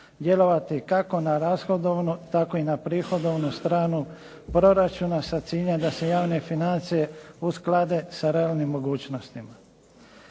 djelovati kako na rashodovnu tako i na prihodovnu stranu proračuna sa ciljem da se javne financije usklade sa realnim mogućnostima.